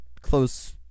close